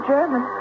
German